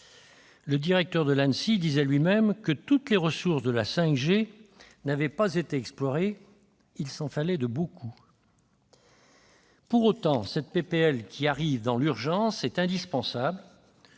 Le directeur de l'Anssi disait lui-même que toutes les ressources de la 5G n'avaient pas été explorées et qu'il s'en fallait de beaucoup. Pour autant, ce texte que l'on nous demande d'adopter dans l'urgence est indispensable.